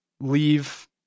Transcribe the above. leave